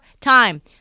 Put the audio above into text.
time